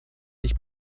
ich